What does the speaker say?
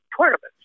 tournaments